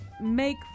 make